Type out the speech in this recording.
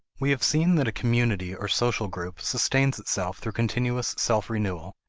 we have seen that a community or social group sustains itself through continuous self-renewal,